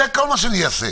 אתה לא תגיד לי כאלה דברים.